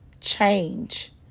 change